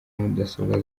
mudasobwa